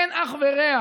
אין אח ורע.